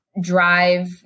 drive